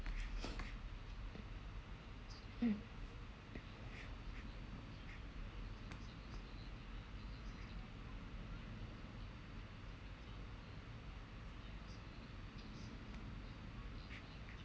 mm